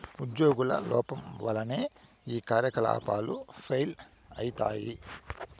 ఉజ్యోగుల లోపం వల్లనే ఈ కార్యకలాపాలు ఫెయిల్ అయితయి